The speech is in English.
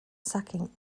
sacking